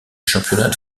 championnat